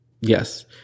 Yes